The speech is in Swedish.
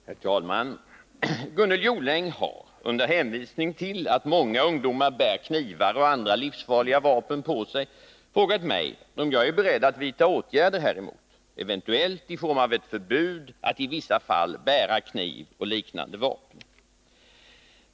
Herr talman! Gunnel Jonäng har — under hänvisning till att många ungdomar bär knivar och andra livsfarliga vapen på sig — frågat mig om jag är beredd att vidta åtgärder häremot, eventuellt i form av ett förbud att i vissa fall bära kniv och liknande vapen.